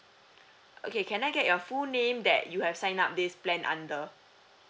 okay can I get your full name that you have sign up this plan under